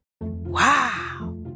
Wow